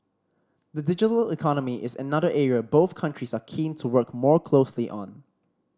the digital economy is another area both countries are keen to work more closely on